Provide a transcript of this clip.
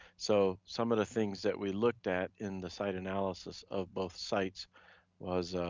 so some of the things that we looked at in the site analysis of both sites was